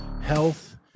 health